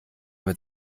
mit